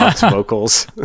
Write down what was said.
vocals